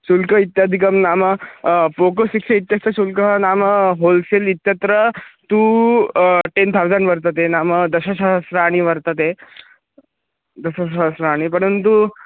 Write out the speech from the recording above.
शुल्कम् इत्यादिकं नाम पोको सिक्स् इत्यस्य शुल्कः नाम होल्सेल् इत्यत्र तु टेन् तौसण्ड् वर्तते नाम दशशहस्राणि वर्तते दशसहस्राणि परन्तु